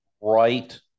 right